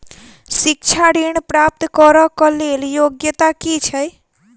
शिक्षा ऋण प्राप्त करऽ कऽ लेल योग्यता की छई?